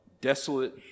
desolate